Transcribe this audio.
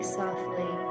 softly